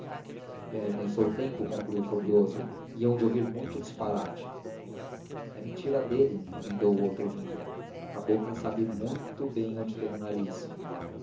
perdem o seu tempo concluiu furioso e hão de ouvir muito disparate é mentira dele emendou o outro rindo a cabocla sabe muito bem onde tem o nariz